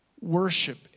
Worship